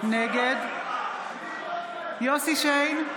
נגד יוסף שיין,